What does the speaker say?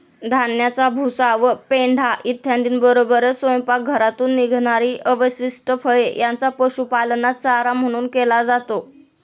धान्याचा भुसा व पेंढा इत्यादींबरोबरच स्वयंपाकघरातून निघणारी अवशिष्ट फळे यांचा पशुपालनात चारा म्हणून केला जातो